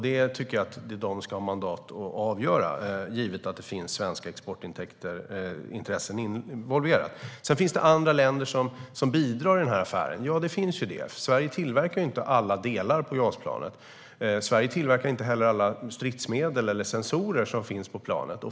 Detta tycker jag att de ska ha mandat att avgöra, givet att svenska exportintäkter och exportintressen är involverade. Det finns andra länder som bidrar i affären. Sverige tillverkar inte alla delar av JAS-planet. Sverige tillverkar heller inte alla stridsmedel eller sensorer som finns på planet.